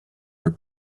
are